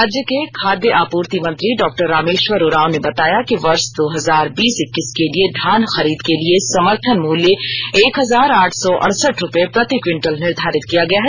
राज्य के खाद्य आपूर्ति मंत्री डॉ रामेश्वर उरांव ने बताया कि वर्ष दो हजार बीस इक्कीस के लिए धान खरींद के लिए समर्थन मूल्य एक हजार आठ सौ अड़सठ रुपये प्रति क्विटल निर्घारित किया गया है